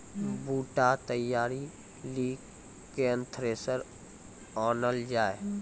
बूटा तैयारी ली केन थ्रेसर आनलऽ जाए?